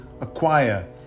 acquire